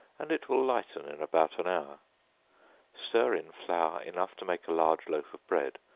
and it will lighten in about an hour stir in flour enough to make a large loaf of bread,